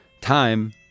time